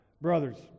Brothers